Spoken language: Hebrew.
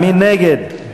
שירותי מטה ממשלתיים,